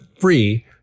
free